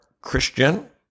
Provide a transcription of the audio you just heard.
Christian